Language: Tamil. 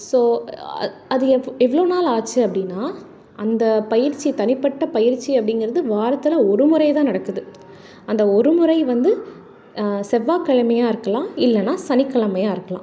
ஸோ அது எவ் எவ்வளோ நாள் ஆச்சு அப்படின்னா அந்த பயிற்சி தனிப்பட்ட பயிற்சி அப்படிங்கிறது வாரத்தில் ஒரு முறை தான் நடக்குது அந்த ஒரு முறை வந்து செவ்வாய்கிழமையா இருக்கலாம் இல்லைனா சனிக்கிழமையாக இருக்கலாம்